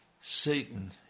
Satan